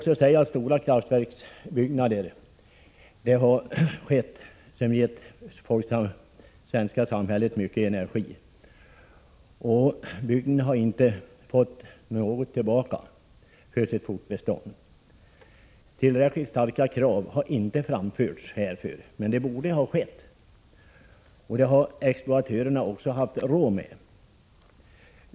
Stora kraftverksbyggen har skett som givit det svenska samhället mycket energi men bygden har inte fått något tillbaka för sitt fortbestånd. Tillräckligt starka krav har inte framförts härför, men det borde ha skett. Och det hade exploatörerna också haft råd med.